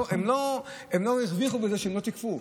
הם לא הרוויחו מזה שהם לא תיקפו.